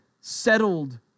settled